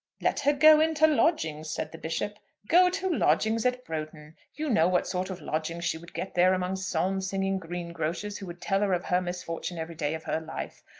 let her go into lodgings said the bishop. go to lodgings at broughton! you know what sort of lodgings she would get there among psalm-singing greengrocers who would tell her of her misfortune every day of her life!